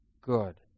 good